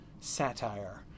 satire